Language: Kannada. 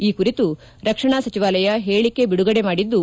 ಈ ಕುರಿತು ರಕ್ಷಣಾ ಸಚಿವಾಲಯ ಹೇಳಿಕೆ ಬಿಡುಗಡೆ ಮಾಡಿದ್ದು